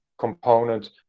Component